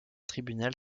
tribunal